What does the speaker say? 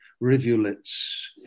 rivulets